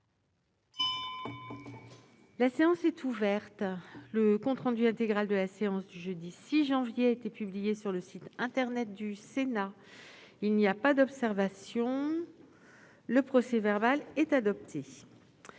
La séance est ouverte. Le compte rendu intégral de la séance du jeudi 6 janvier 2022 a été publié sur le site internet du Sénat. Il n'y a pas d'observation ?... Le procès-verbal est adopté.